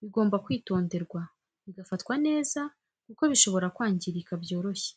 bigomba kwitonderwa bigafatwa neza kuko bishobora kwangirika byoroshye